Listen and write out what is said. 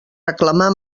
reclamar